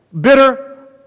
Bitter